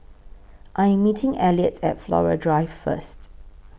I Am meeting Elliot At Flora Drive First